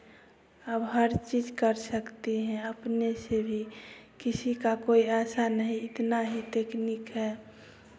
अब हर चीज़ कर सकते हैं अपने से भी किसी का कोई ऐसा नहीं इतना ही तकनीक है